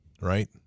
right